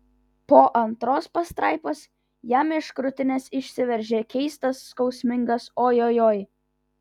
po antros pastraipos jam iš krūtinės išsiveržė keistas skausmingas ojojoi